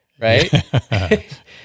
right